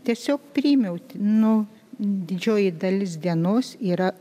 tiesiog priėmiau nu didžioji dalis dienos yra